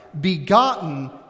begotten